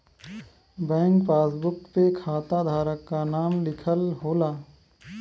bank passbook पे खाता धारक क नाम लिखल होला